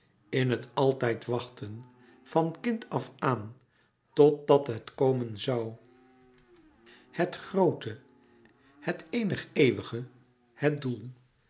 in het altijd wachten van kind af aan tot dat het komen zoû het groote het eenig eeuwige het doel